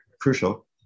crucial